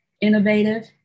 innovative